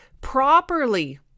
properly